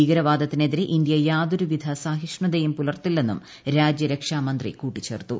ഭീകരവാദത്തിനെതിരെ India യാതൊരു വിധ സഹിഷ്ണുതയും പുലർത്തില്ലെന്നും രാജ്യരക്ഷാമന്ത്രി കൂട്ടിച്ചേർത്തു